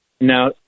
Now